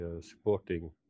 supporting